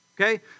okay